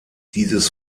dieses